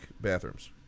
bathrooms